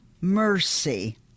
Mercy